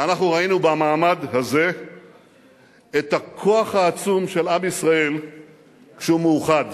ואנחנו ראינו במעמד הזה את הכוח העצום של עם ישראל כשהוא מאוחד.